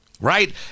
Right